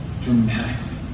dramatically